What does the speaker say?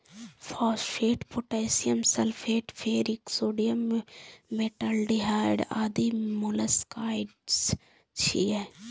phosphate, potassium sulphate, ferric sodium, metaldehyde आदि molluscicides छियै